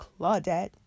Claudette